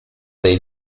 dei